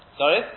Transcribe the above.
Sorry